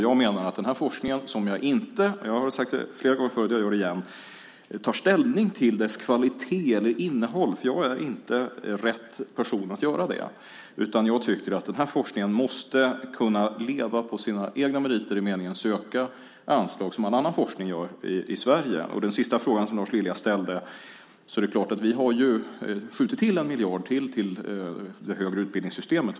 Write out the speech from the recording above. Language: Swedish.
Jag har sagt det förut, och jag säger det igen: Jag tar inte ställning till den här forskningens kvalitet eller innehåll. Jag är inte rätt person att göra det. Jag tycker att den här forskningen måste kunna leva på sina egna meriter och söka anslag som all annan forskning i Sverige gör. På den sista frågan som Lars Lilja ställde vill jag svara att vi har skjutit till ytterligare 1 miljard till det högre utbildningssystemet.